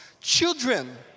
children